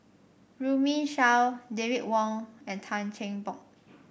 Runme Shaw David Wong and Tan Cheng Bock